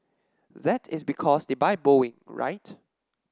that is because they buy Boeing right